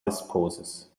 disposes